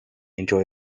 enjoy